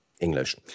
English